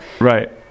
right